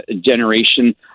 generation